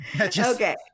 okay